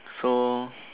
so